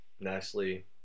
Nicely